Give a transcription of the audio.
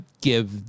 give